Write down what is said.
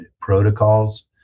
protocols